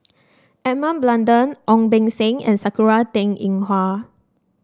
Edmund Blundell Ong Beng Seng and Sakura Teng Ying Hua